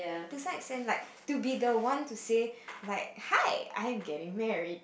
the like to be the one say like hi I'm getting married